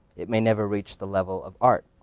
it may never reach the level of art.